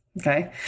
Okay